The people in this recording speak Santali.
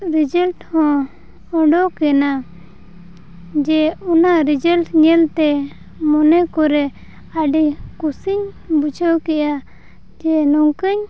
ᱨᱮᱡᱟᱞᱴᱦᱚᱸ ᱚᱰᱳᱠᱮᱱᱟ ᱡᱮ ᱚᱱᱟ ᱨᱮᱡᱟᱞᱴ ᱧᱮᱞᱛᱮ ᱢᱚᱱᱮᱠᱚᱨᱮ ᱟᱹᱰᱤ ᱠᱩᱥᱤᱧ ᱵᱩᱡᱷᱟᱹᱣᱠᱮᱫᱼᱟ ᱡᱮ ᱱᱚᱝᱠᱟᱧ